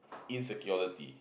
insecurity